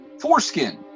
foreskin